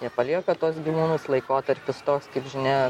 jie palieka tuos gyvūnus laikotarpis toks kaip žinia